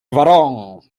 gwarą